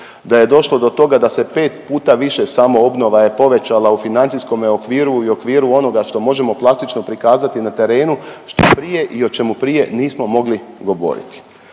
da je došlo do toga da se pet puta više samoobnova je povećala u financijskome okviru i u okviru onoga što možemo plastično prikazati na terenu što prije i o čemu prije nismo mogli govoriti.